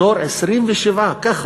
פטור 27, ככה.